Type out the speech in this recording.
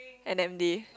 N_M_D